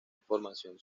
información